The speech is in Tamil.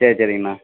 சரி சரிங்கண்ணா